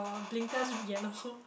Blinkest yellow